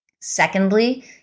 Secondly